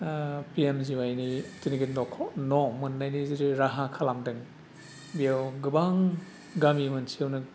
पिएमजिवाइनि जेनोखि नख'र न' मोनायनि जे राहा खालामदों बेयाव गोबां गामि मोनसेयावनो